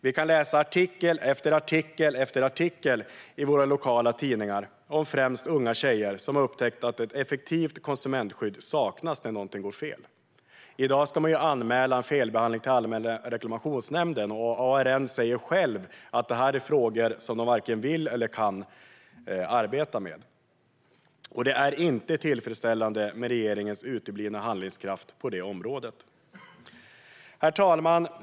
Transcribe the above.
Vi kan läsa artikel efter artikel i våra lokala tidningar om främst unga tjejer som upptäckt att ett effektivt konsumentskydd saknas när någonting går fel. I dag ska man anmäla en felbehandling till Allmänna reklamationsnämnden, men ARN säger själv att det här är frågor som man varken vill eller kan arbeta med. Det är inte tillfredsställande med regeringens uteblivna handlingskraft på detta område. Herr talman!